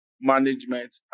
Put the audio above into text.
management